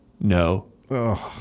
No